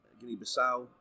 Guinea-Bissau